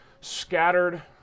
scattered